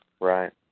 Right